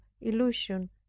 illusion